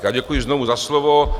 Já děkuji znovu za slovo.